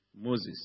Moses